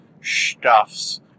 stuffs